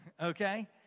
okay